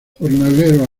jornalero